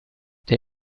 they